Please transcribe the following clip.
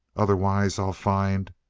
otherwise, i'll find